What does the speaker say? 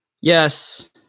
Yes